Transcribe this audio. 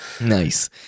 Nice